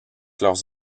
leurs